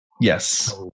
Yes